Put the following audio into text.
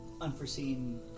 unforeseen